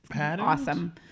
Awesome